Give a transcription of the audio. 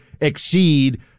exceed